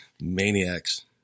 Maniacs